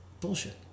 bullshit